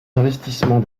investissements